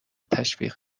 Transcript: تشویق